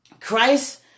Christ